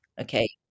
okay